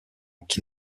qui